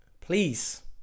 please